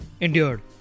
endured